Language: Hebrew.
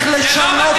דמות?